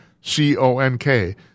C-O-N-K